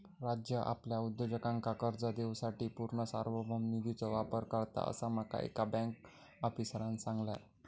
राज्य आपल्या उद्योजकांका कर्ज देवूसाठी पूर्ण सार्वभौम निधीचो वापर करता, असा माका एका बँक आफीसरांन सांगल्यान